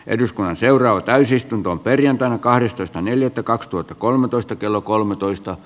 eduskunnan seuraava täysistuntoon perjantaina kahdestoista neljättä kaksituhattakolmetoista kello kolmetoista